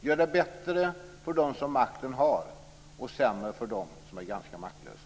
Gör det bättre för dem som makten har och sämre för dem som är ganska maktlösa.